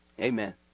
amen